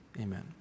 Amen